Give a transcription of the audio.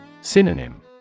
Synonym